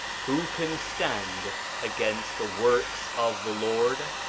who can stand against the works of the lord?